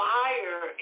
higher